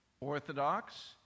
orthodox